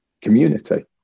community